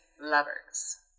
lovers